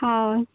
ᱦᱳᱭ